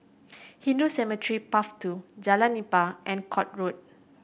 Hindu Cemetery Path Two Jalan Nipah and Court Road